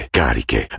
cariche